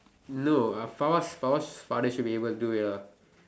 no uh Fawaz Fawaz father should be able to do it lah